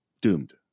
doomed